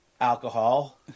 alcohol